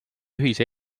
ühise